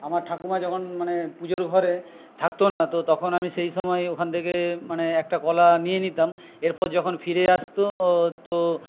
আমার ঠাকুমা যখন মানে পুজোর ঘরে থাকতো না তো তখন আমি সেই সময় ওখান থেকে মানে একটা কলা নিয়ে নিতাম এরপর যখন ফিরে আসতো তো